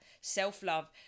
Self-love